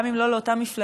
גם אם לא לאותה מפלגה,